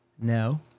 No